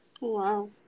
Wow